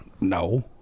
No